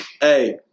Hey